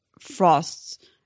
Frost's